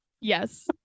yes